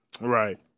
Right